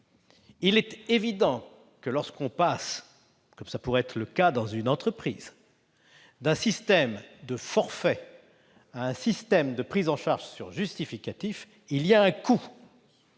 il est évident que passer, comme cela pourrait être le cas dans une entreprise, d'un système de forfait à un système de prise en charge sur justificatifs a un coût.